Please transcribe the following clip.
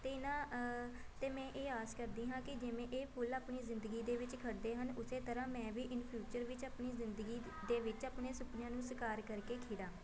ਅਤੇ ਇਹਨਾਂ ਅਤੇ ਮੈਂ ਇਹ ਆਸ ਕਰਦੀ ਹਾਂ ਕਿ ਜਿਵੇਂ ਇਹ ਫੁੱਲ ਆਪਣੀ ਜ਼ਿੰਦਗੀ ਦੇ ਵਿੱਚ ਖਿੜਦੇ ਹਨ ਉਸੇ ਤਰ੍ਹਾਂ ਮੈਂ ਵੀ ਇਨ ਫਿਊਚਰ ਵਿੱਚ ਆਪਣੀ ਜ਼ਿੰਦਗੀ ਦੇ ਵਿੱਚ ਆਪਣੇ ਸੁਪਨਿਆਂ ਨੂੰ ਸਾਕਾਰ ਕਰਕੇ ਖਿੜਾਂ